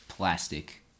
Plastic